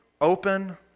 open